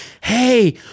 Hey